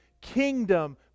kingdom